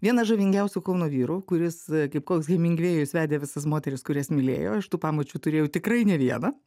vienas žavingiausių kauno vyrų kuris kaip koks hemingvėjus vedė visas moteris kurias mylėjo ąš tų pamočių turėjau tikrai ne vieną